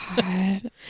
God